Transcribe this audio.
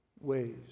ways